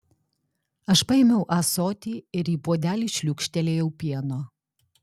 aš paėmiau ąsotį ir į puodelį šliūkštelėjau pieno